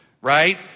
right